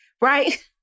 right